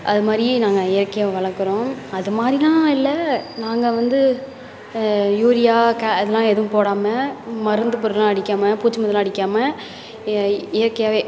அதுமாதிரி நாங்கள் இயற்கையாக வளர்க்குறோம் அதுமாதிரிலாம் இல்லை நாங்கள் வந்து யூரியா க அதெலாம் எதுவும் போடாமல் மருந்து பொருளெலாம் அடிக்காமல் பூச்சி மருந்தெலாம் அடிக்காமல் இயற்கையாகவே